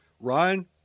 Ryan